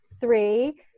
Three